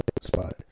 spot